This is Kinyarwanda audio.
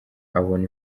abona